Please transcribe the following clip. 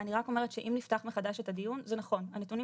אני רק אומרת שאם נפתח מחדש את הדיון - זה נכון: הנתונים